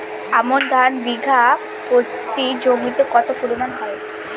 আমন ধান প্রতি বিঘা জমিতে কতো পরিমাণ হয়?